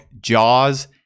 Jaws